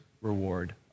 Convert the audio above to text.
reward